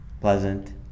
pleasant